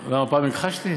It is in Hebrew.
למה, פעם הכחשתי?